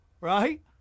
Right